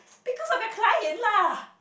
because of your client lah